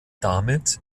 damit